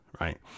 Right